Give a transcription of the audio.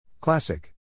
Classic